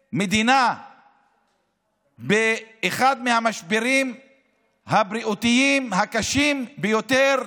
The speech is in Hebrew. ככה מדינה באחד מהמשברים הבריאותיים הקשים ביותר,